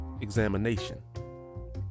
examination